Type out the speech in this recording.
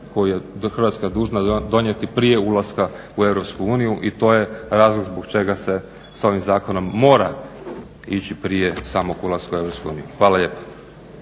koju je Hrvatska dužna donijeti prije ulaska u EU i to je razlog zbog čega se s ovim zakonom mora ići prije samog ulaska u EU. Hvala lijepa.